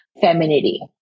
femininity